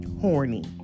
horny